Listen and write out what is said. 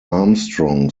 armstrong